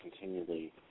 continually